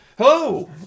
Hello